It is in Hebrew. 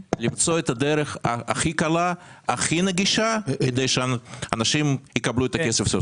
למצוא את הדרך הכי קלה והכי נגישה כדי שאנשים יקבלו את הכסף.